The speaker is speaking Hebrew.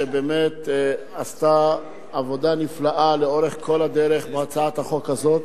שבאמת עשתה עבודה נפלאה לאורך כל הדרך בהצעת החוק הזאת,